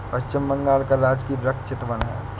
पश्चिम बंगाल का राजकीय वृक्ष चितवन है